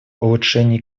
улучшения